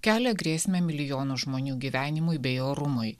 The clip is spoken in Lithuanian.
kelia grėsmę milijonų žmonių gyvenimui bei orumui